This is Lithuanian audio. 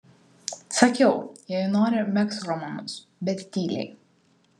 sakiau jei nori megzk romanus bet tyliai